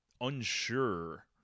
unsure